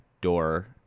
door